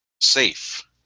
safe